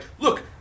look